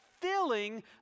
filling